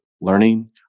learning